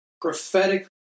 prophetic